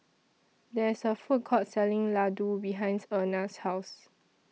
There IS A Food Court Selling Ladoo behinds Erna's House